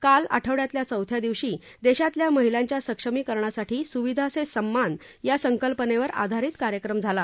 काल आठवड्यातल्या चौथ्या दिवशी देशातल्या महिलांच्या सक्षमीकरणासाठी सुविधा से सम्मान या संकल्पनेवर आधारित कार्यक्रम झाला